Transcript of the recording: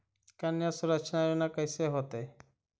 कन्या सुरक्षा योजना कैसे होतै?